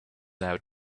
out